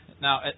Now